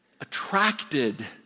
attracted